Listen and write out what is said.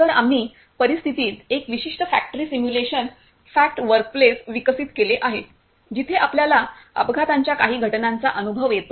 तर आम्ही परिस्थितीत एक विशिष्ट फॅक्टरी सिम्युलेशन फॅक्ट वर्कप्लेस विकसित केले आहे जिथे आपल्याला अपघातांच्या काही घटनांचा अनुभव येतो